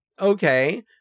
okay